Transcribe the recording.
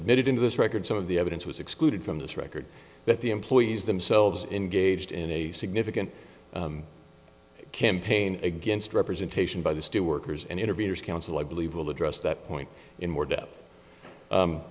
admitted into this record some of the evidence was excluded from this record that the employees themselves in gauged in a significant campaign against representation by the steelworkers and interviewers counsel i believe will address that point in more depth